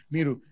Miru